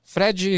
Fred